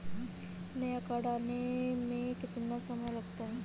नया कार्ड आने में कितना समय लगता है?